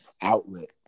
outlet